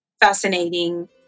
fascinating